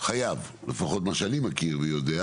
חייב לפחות מה שאני מכיר ויודע